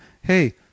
hey